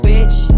Bitch